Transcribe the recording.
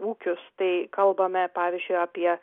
ūkius tai kalbame pavyzdžiui apie